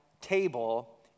table